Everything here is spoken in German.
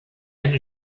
eine